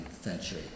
century